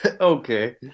Okay